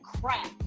crap